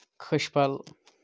خٔج پھل